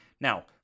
Now